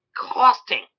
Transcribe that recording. costing